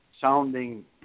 sounding